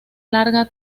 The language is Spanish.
larga